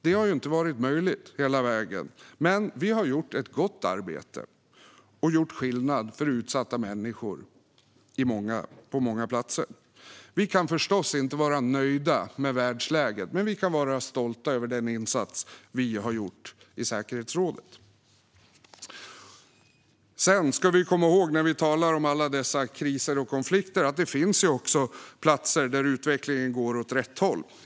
Det har inte varit möjligt hela vägen. Men vi har gjort ett gott arbete och gjort skillnad för utsatta människor på många platser. Vi kan förstås inte vara nöjda med världsläget, men vi kan vara stolta över den insats som vi har gjort i säkerhetsrådet. När vi talar om alla dessa kriser och konflikter ska vi komma ihåg att det finns platser där utvecklingen går åt rätt håll.